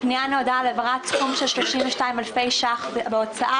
הפנייה נועדה להעברת סכום של 32 אלפי ש"ח בהוצאה